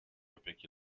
opieki